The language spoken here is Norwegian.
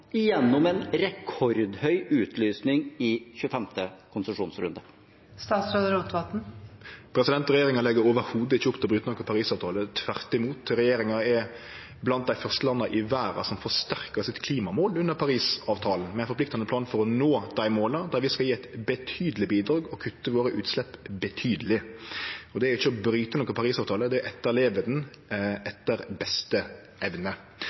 utlysning i 25. konsesjonsrunde? Regjeringa legg ikkje i det heile opp til å bryte Parisavtalen – tvert imot. Regjeringa er blant dei første i verda som forsterkar klimamålet sitt under Parisavtalen med ein forpliktande plan for å nå dei måla, der vi skal gje eit betydeleg bidrag og kutte utsleppa våre betydeleg. Det er ikkje å bryte Parisavtalen, det er å etterleve han etter beste evne.